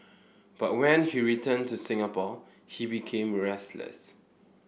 but when he returned to Singapore he became restless